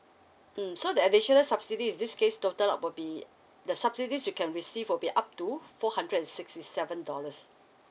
mm so the additional subsidies in this case total up will be the subsidies you can receive will be up to four hundred and sixty seven dollars